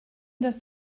dass